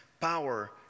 power